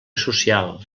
social